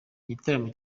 igitaramo